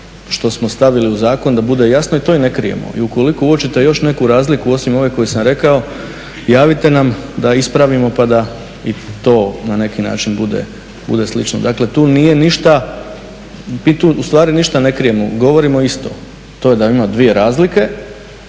što smo stavili u zakon da bude jasno i to i ne krijemo. I ukoliko uočite još neku razliku osim ove koju sam rekao javite nam da ispravimo pa da i to na neki način bude slično. Dakle, tu nije ništa, mi tu ustvari ništa ne krijemo, govorimo isto. To je da ima dvije razlike